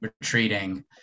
retreating